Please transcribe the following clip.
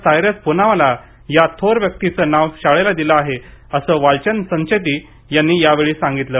सायरस पुनावाला या थोर व्यक्तीचे नाव शाळेला दिले आहे असे वालचंद संचेती यांनी सांगितले